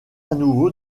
nouveau